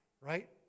right